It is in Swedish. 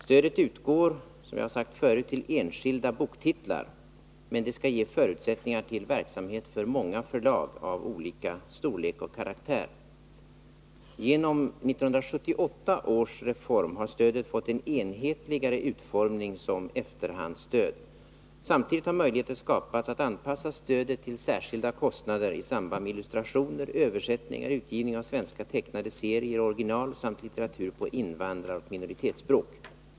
Stödet utgår, som jag har sagt förut, till enskilda boktitlar, men det skall ge förutsättningar till verksamhet för många förlag av olika storlek och karaktär. Genom 1978 års reform har stödet fått en enhetligare utformning som efterhandsstöd. Samtidigt har möjligheter skapats att anpassa stödet till särskilda kostnader i samband med illustrationer, översättningar, utgivning av svenska tecknade serier i original samt litteratur på invandraroch minoritetsspråk.